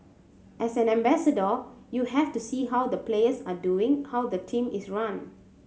as an ambassador you have to see how the players are doing how the team is run